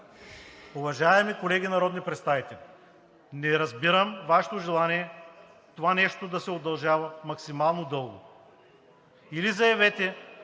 Уважаеми колеги народни представители, не разбирам Вашето желание това да се удължава максимално дълго. Или заявете,